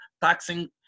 taxing